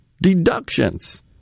deductions